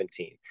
2017